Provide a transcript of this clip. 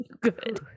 good